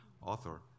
author